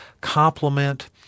complement